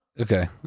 Okay